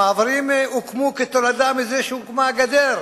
המעברים הוקמו כתולדה מזה שהוקמה הגדר,